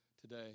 today